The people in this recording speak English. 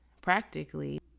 Practically